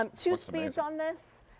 um to speed on this.